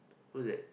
who is it